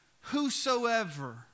whosoever